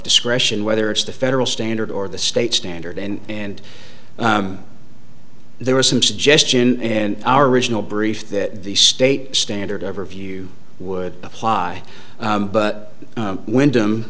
discretion whether it's the federal standard or the state standard in and there was some suggestion in our original brief that the state standard overview would apply but wyndham